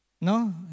No